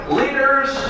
leaders